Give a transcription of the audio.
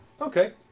Okay